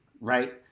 right